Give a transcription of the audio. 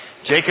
Jacob